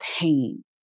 pain